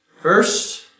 First